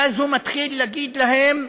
ואז הוא מתחיל להגיד להם,